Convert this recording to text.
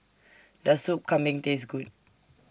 Does Soup Kambing Taste Good